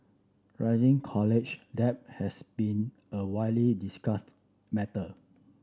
rising college debt has been a widely discussed matter